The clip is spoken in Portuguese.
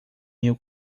meu